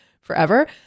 forever